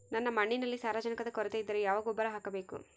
ನನ್ನ ಮಣ್ಣಿನಲ್ಲಿ ಸಾರಜನಕದ ಕೊರತೆ ಇದ್ದರೆ ಯಾವ ಗೊಬ್ಬರ ಹಾಕಬೇಕು?